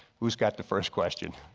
who's got the first question?